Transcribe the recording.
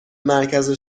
مرکز